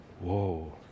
whoa